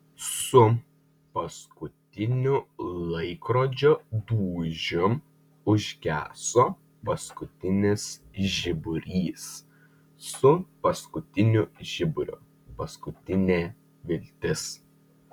su paskutiniu laikrodžio dūžiu užgeso paskutinis žiburys su paskutiniu žiburiu paskutinė viltis